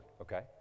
okay